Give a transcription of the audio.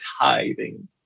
Tithing